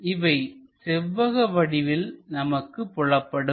இவை செவ்வகவடிவில் நமக்கு புலப்படும்